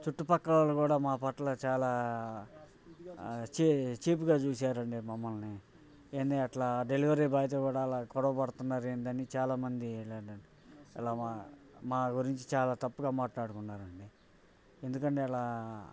చుట్టుపక్కల వాళ్ళు కూడా మా పట్ల చాలా ఛీ చీప్గా చూశారండి మమ్మల్ని ఏంది అట్లా డెలివరీ బాయ్తో కూడా అలా గొడవ పడుతున్నారు ఎందని చాలా మంది అలా మా మా గురించి చాలా తప్పుగా మాట్లాడుకున్నారు అండి ఎందుకండి అలా